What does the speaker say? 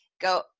go